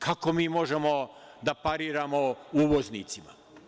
Kako mi možemo da pariramo uvoznicima?